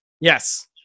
Yes